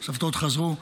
הסבתות חזרו,